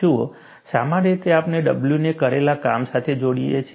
જુઓ સામાન્ય રીતે આપણે W ને કરેલા કામ સાથે જોડીએ છીએ